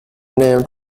named